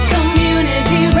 Community